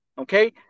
okay